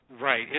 Right